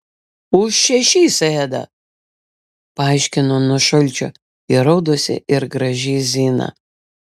už šešis ėda paaiškino nuo šalčio įraudusi ir graži zina